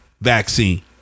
vaccine